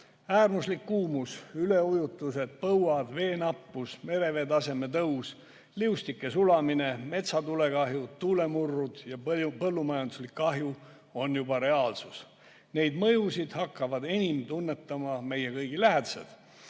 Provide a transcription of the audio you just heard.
äärmuslik kuumus, üleujutused, põuad, veenappus, mereveetaseme tõus, liustike sulamine, metsatulekahjud, tuulemurrud ja põllumajanduslik kahju on juba reaalsus. Neid mõjusid hakkavad enim tunnetama meie kõigi lähedased.